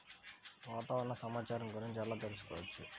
వాతావరణ సమాచారము గురించి ఎలా తెలుకుసుకోవచ్చు?